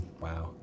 Wow